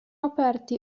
aperti